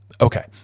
Okay